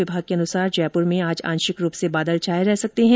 विभाग के अनुसार जयपुर में आज आंशिक रूप से बादल छाये रह सकते हैं